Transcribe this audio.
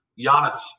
Giannis